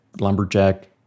lumberjack